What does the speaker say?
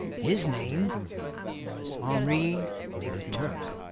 his name was henri leturc.